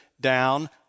down